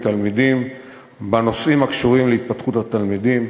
תלמידים בנושאים הקשורים להתפתחות התלמידים,